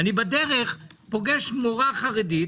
אני בדרך פוגש מורה חרדית,